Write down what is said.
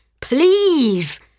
please